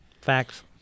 Facts